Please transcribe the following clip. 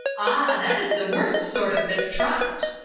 ah, that is the worst sort of mistrust.